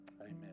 Amen